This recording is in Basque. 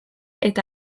eta